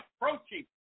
approaching